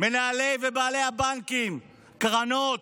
מנהלים ובעלי הבנקים, קרנות,